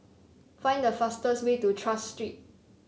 find the fastest way to Tras Street